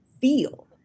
feel